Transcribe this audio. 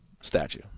statue